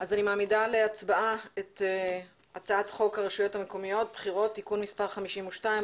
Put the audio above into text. מעמידה להצבעה את הצעת חוק הרשויות המקומיות (בחירות) (תיקון מס' 52,